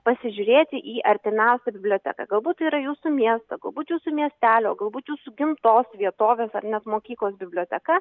pasižiūrėti į artimiausią biblioteką galbūt yra jūsų miesto galbūt jūsų miestelio galbūt jūsų gimtos vietovės ar net mokyklos biblioteka